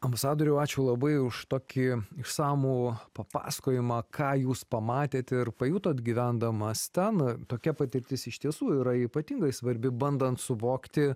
ambasadoriau ačiū labai už tokį išsamų papasakojimą ką jūs pamatėt ir pajutot gyvendamas ten tokia patirtis iš tiesų yra ypatingai svarbi bandant suvokti